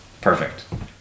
perfect